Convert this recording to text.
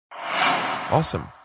Awesome